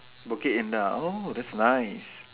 Bukit Indah oh that's nice